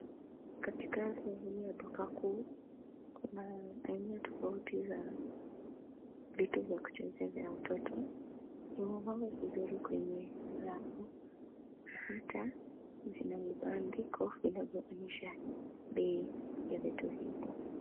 Katika sehemu ya duka kuu, kuna aina tofauti za vitu vya kuchezea vya watoto. Zimepangwa vizuri kwenye rafu, na hata zina vibandiko vinavyoonyesha bei ya vitu hivyo.